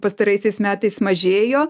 pastaraisiais metais mažėjo